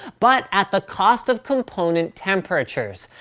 but at the cost of component temperatures.